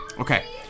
Okay